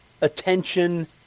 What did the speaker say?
attention